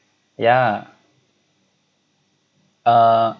yeah err